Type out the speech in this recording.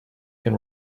can